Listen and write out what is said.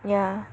yeah